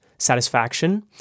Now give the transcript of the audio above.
satisfaction